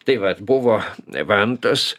tai vat buvo vantos